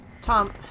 Tom